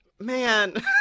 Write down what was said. man